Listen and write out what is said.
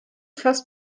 fast